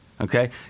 Okay